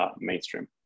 mainstream